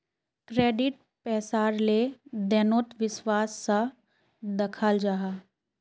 credit पैसार लें देनोत विश्वास सा दखाल जाहा